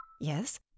Yes